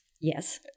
yes